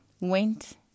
went